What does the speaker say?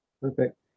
Perfect